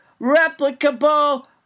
replicable